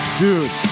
dude